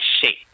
shape